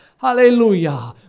Hallelujah